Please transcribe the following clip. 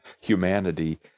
humanity